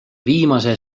viimase